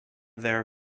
their